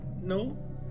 no